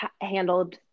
handled